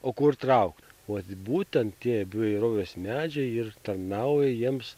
o kur traukt vat būtent tie bio įvairovės medžiai ir tarnauja jiems